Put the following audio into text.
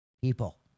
people